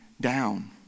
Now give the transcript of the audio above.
down